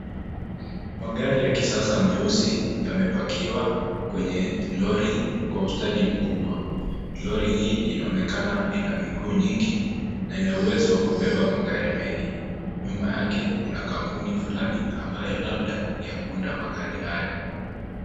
Magari ya kisasa meusi yamepakiwa kwenye lori kwa ustadi mkubwa. Lori hii inaonekana ina miguu nyingi na ina uwezo wa kubeba magari mengi. Nyuma yake kuna kampuni fulani ambayo labda ni ya kuunda magari haya.